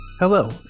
Hello